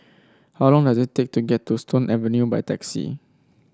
how long does it take to get to Stone Avenue by taxi